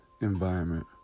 environment